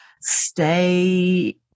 stay